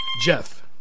Jeff